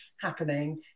happening